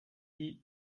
die